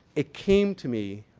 it came to me.